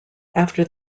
after